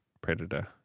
Predator